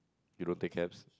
you no take cabs